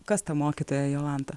kas ta mokytoja jolanta